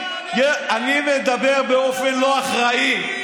אנחנו רואים על מה מדובר, הכול בעיתונים.